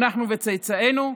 אנחנו וצאצאינו?